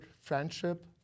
friendship